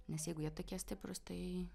nes jeigu jie tokie stiprūs tai